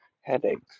headaches